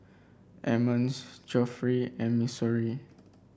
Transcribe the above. Emmons Geoffrey and Missouri